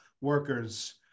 workers